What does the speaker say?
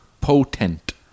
potent